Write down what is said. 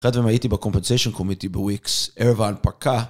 אחד מהם הייתי בקומפנסיישן קומיטי בוויקס, ערב ההנפקה.